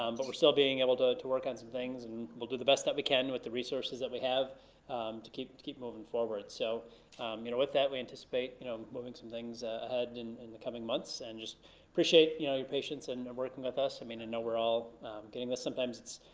um but we're still being able to to work on some things and we'll do the best that we can with the resources that we have to keep keep moving forward. so you know with that, we anticipate you know moving some things ahead in the coming months and just appreciate you know your patience in um working with us. i mean and know we're all getting this, sometimes it's